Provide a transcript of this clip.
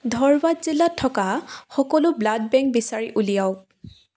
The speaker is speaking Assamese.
ধৰৱাদ জিলাত থকা সকলো ব্লাড বেংক বিচাৰি উলিয়াওক